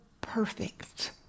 perfect